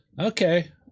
Okay